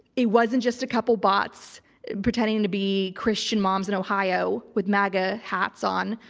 it wasn't just a couple bots pretending to be christian moms in ohio with maga hats on.